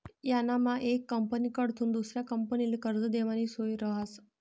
यानामा येक कंपनीकडथून दुसरा कंपनीले कर्ज देवानी सोय रहास